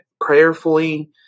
prayerfully